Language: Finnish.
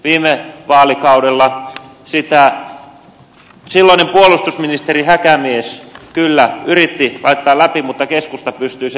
viime vaalikaudella silloinen puolustusministeri häkämies kyllä yritti laittaa sitä läpi mutta keskusta pystyi sen estämään